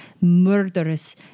murderous